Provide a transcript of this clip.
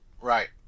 right